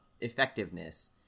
effectiveness